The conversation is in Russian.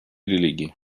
религий